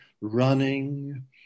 running